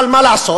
אבל מה לעשות,